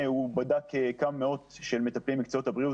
הוא בדק כמה מאות של מטפלים ממקצועות הבריאות